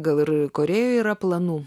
gal ir korėjoj yra planų